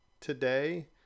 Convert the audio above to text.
today